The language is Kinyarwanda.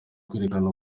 kwerekana